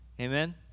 Amen